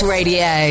Radio